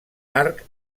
arc